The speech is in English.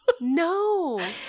no